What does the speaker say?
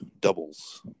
doubles